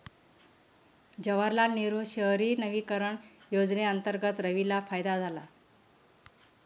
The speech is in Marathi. जवाहरलाल नेहरू शहरी नवीकरण योजनेअंतर्गत रवीला फायदा झाला